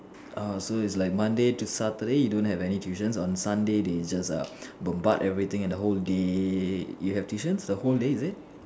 oh so is like Monday to Saturday you don't have any tuitions on Sunday they just err bombard everything at the whole day you have tuitions the whole day is it